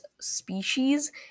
species